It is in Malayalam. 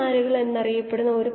5 gl 1h 1 ആയിരിക്കും